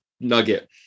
nugget